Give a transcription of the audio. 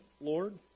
Lord